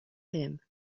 him